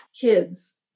kids